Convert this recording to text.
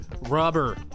Rubber